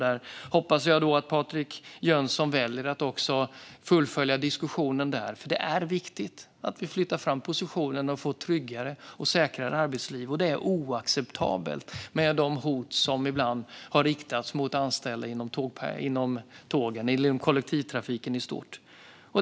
Jag hoppas att Patrik Jönsson väljer att fullfölja diskussionen också där. Det är nämligen viktigt att vi flyttar fram positionerna för ett säkrare och tryggare arbetsliv. Det är oacceptabelt med de hot som ibland har riktats mot anställda inom tågen och kollektivtrafiken i stort.